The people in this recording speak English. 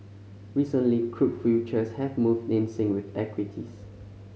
recently crude futures have moved in sync with equities